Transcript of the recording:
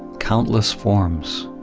countless forms.